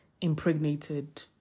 impregnated